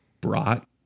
brought